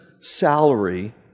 salary